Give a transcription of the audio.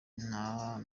natwe